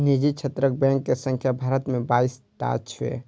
निजी क्षेत्रक बैंक के संख्या भारत मे बाइस टा छै